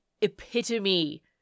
epitome